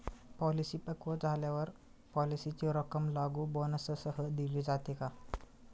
Policy पक्व झाल्यावर पॉलिसीची रक्कम लागू बोनससह दिली जाते का?